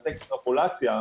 ונעשה אקסטרופלציה,